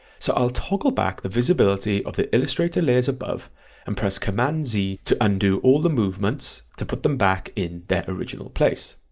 so i'll toggle back the visibility of the illustrator layers above and press cmd and z to undo all the movements to put them back in their original place.